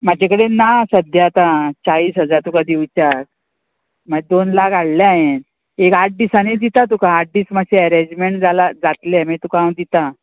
म्हाजे कडेन ना सद्द्या आतां चाळीस हजार तुका दिवच्याक मागीर दोन लाख हाडलें हांवें एक आठ दिसांनी दिता तुका आठ दीस मात्शें एरेंजमेंट जाला जातलें मागीर तुका हांव दिता